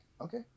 Okay